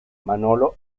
manolo